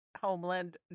homeland